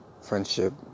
friendship